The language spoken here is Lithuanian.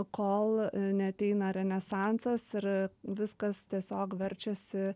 kol neateina renesansas ir viskas tiesiog verčiasi